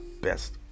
best